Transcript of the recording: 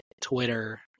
Twitter